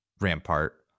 rampart